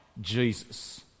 Jesus